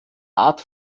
art